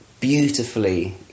beautifully